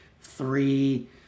three